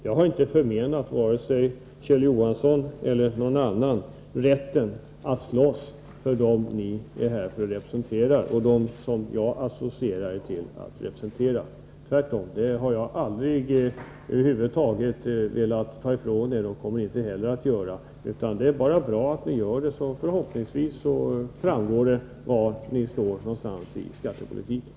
Jag har inte förmenat vare sig Kjell Johansson eller någon annan rätten att slåss för dem ni är här för att representera, för dem som jag associerar er med. Den rätten har jag aldrig velat ta ifrån er, och det kommer jag heller aldrig att göra. Det är bara bra att ni agerar på det sättet. Förhoppningsvis framgår det då var ni står i skattepolitiken.